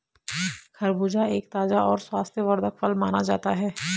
खरबूजा एक ताज़ा और स्वास्थ्यवर्धक फल माना जाता है